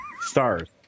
Stars